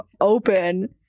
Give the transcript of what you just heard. open